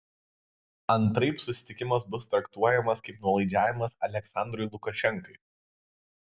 antraip susitikimas bus traktuojamas kaip nuolaidžiavimas aliaksandrui lukašenkai